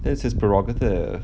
this is prerogative